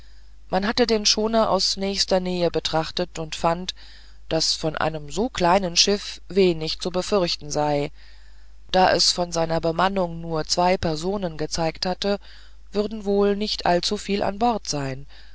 man hatte den schoner aus nächster nähe betrachtet und fand daß von einem so kleinen schiff wenig zu befürchten sei da es von seiner bemannung nur zwei personen gezeigt habe würden wohl nicht allzuviel an bord sein